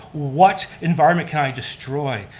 what environment can i destroy?